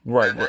Right